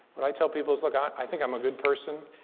what i tell people is, look, i think i'm a good person.